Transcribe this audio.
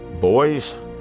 Boys